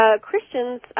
Christians